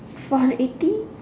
four hundred eighty